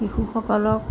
শিশুসকলক